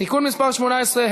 (תיקון מס' 18),